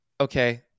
okay